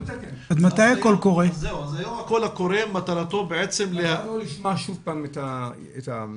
אז היום הקול הקורא מטרתו בעצם ל --- אנחנו נשמע שוב פעם את המפתחים